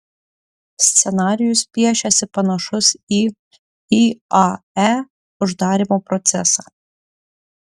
scenarijus piešiasi panašus į iae uždarymo procesą